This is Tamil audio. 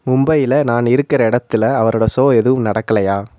மும்பையில் நான் இருக்கிற இடத்துல அவரோட ஷோ எதுவும் நடக்கலையா